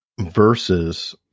versus